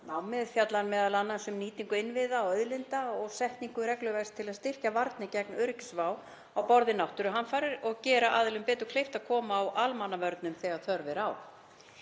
Námið fjallar m.a. um nýtingu innviða og auðlinda og setningu regluverks til að styrkja varnir gegn öryggisvá á borð við náttúruhamfarir og gera aðilum betur kleift að koma á almannavörnum þegar þörf er á.